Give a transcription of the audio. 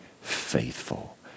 faithful